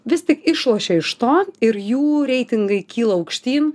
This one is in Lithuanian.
vis tik išlošia iš to ir jų reitingai kyla aukštyn